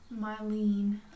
Mylene